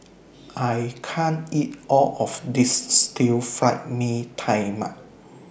I can't eat All of This Stir Fried Mee Tai Mak